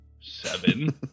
Seven